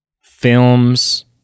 films